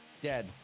Dead